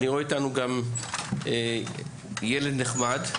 אני רואה איתנו גם ילד נחמד,